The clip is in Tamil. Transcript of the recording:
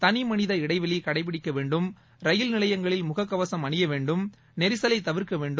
தளிமனித இடைவெளி கடைபிடிக்கவேண்டும் ரயில் நிலையங்களில் முகக் கவசம் அணிய வேண்டும் நெரிசலைத் தவிர்க்க வேண்டும்